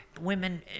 women